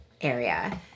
area